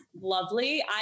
lovely